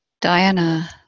Diana